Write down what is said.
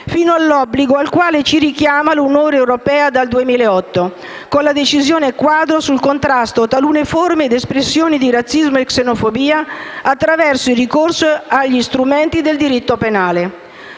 fino all'obbligo al quale ci richiama l'Unione europea dal 2008, con la decisione quadro sul contrasto a talune forme ed espressioni di razzismo e xenofobia attraverso il ricorso agli strumenti del diritto penale.